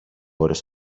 ώρες